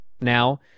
now